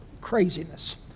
craziness